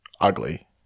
ugly